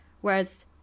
whereas